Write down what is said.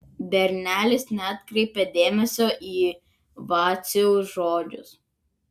bernelis neatkreipė dėmesio į vaciaus žodžius